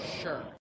sure